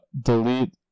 delete